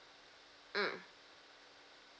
mm